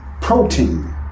protein